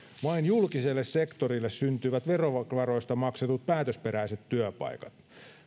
vain julkiselle sektorille syntyvät verovaroista maksetut päätösperäiset työpaikat